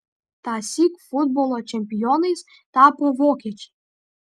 tąsyk futbolo čempionais tapo vokiečiai